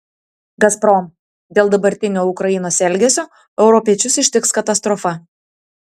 gazprom dėl dabartinio ukrainos elgesio europiečius ištiks katastrofa